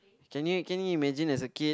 can you can you imagine as a kid